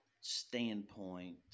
standpoint